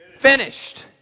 Finished